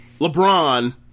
LeBron